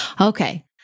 okay